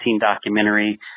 documentary